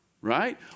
right